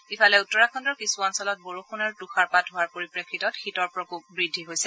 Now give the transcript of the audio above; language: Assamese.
ইফালে উত্তৰাখণ্ডৰ কিছু অঞ্চলত বৰষুণ আৰু তুষাৰপাত হোৱাৰ পৰিপ্ৰেক্ষিতত শীতৰ প্ৰকোপ বৃদ্ধি হৈছে